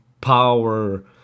power